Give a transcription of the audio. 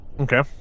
Okay